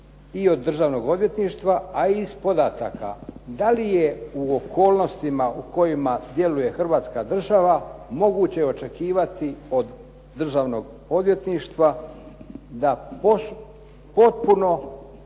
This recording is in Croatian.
i od Državnog odvjetništva ali i iz podataka, da li je u okolnostima u kojima djeluje Hrvatska država moguće očekivati od Državnog odvjetništva da potpuno